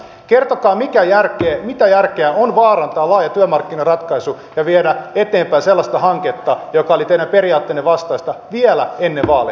kertokaa mitä järkeä on vaarantaa laaja työmarkkinaratkaisu ja viedä eteenpäin sellaista hanketta joka oli teidän periaatteenne vastaista vielä ennen vaaleja